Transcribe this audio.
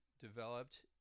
developed